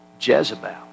Jezebel